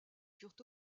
furent